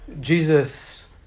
Jesus